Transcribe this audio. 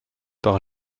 par